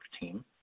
team